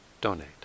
donate